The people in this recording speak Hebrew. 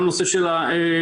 גם הנושא של החוקים,